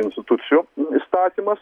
institucijų įstatymas